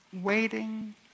waiting